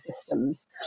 systems